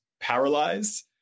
paralyzed